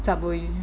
subway